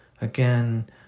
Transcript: again